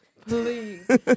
Please